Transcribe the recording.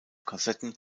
kassetten